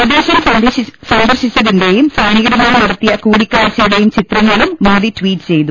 പ്രദേശം സന്ദർശിച്ചതിന്റെയും സൈനികരുമായി നടത്തിയ കൂടിക്കാഴ്ചയുടെയും ചിത്രങ്ങളും മോദി ട്വീറ്റ് ചെയ്തു